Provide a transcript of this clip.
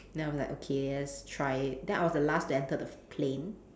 then I'm like okay let's try it then I was the last to enter the plane